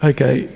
Okay